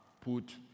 put